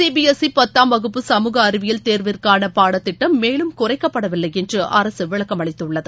CBSE பத்தாம் வகுப்பு சமூக அறிவியல் தேர்விற்கான பாடத்திட்டம் மேலும் குறைக்கப்படவில்லை என்று அரசு விளக்கமளித்துள்ளது